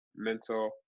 mental